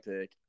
pick